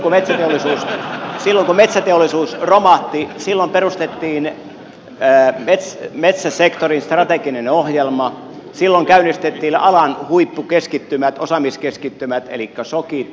silloin kun metsäteollisuus romahti perustettiin metsäsektorin strateginen ohjelma käynnistettiin alan huippukeskittymät osaamiskeskittymät elikkä shokit